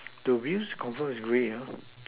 the wheels confirm is grey